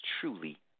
truly